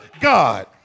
God